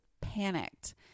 panicked